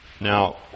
Now